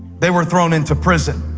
they were thrown into prison,